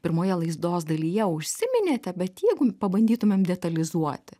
pirmoje laisdos dalyje užsiminėte bet jeigu pabandytumėm detalizuoti